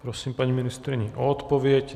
Prosím paní ministryni o odpověď.